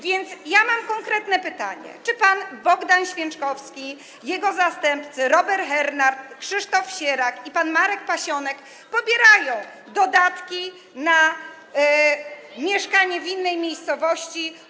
Więc ja mam konkretne pytanie: Czy pan Bogdan Święczkowski i jego zastępcy Robert Hernand, Krzysztof Sierak i Marek Pasionek pobierają dodatki na mieszkanie w innej miejscowości.